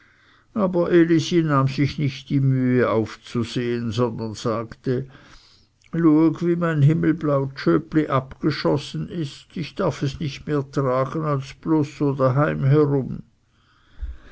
aber elisi nahm sich nicht die mühe aufzusehen sondern sagte lueg wie mein himmelblau tschöpli abgeschossen ist ich darf es nicht mehr tragen als bloß so daheim herum